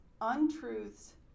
untruths